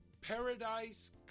Paradise